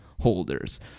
holders